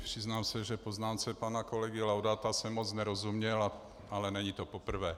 Přiznám se, že poznámce pana kolegy Laudáta jsem moc nerozuměl, ale není to poprvé.